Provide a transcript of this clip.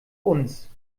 uns